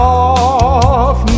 off